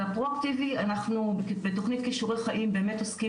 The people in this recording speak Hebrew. בפרואקטיבי אנחנו בתוכנית כישורי חיים באמת עוסקים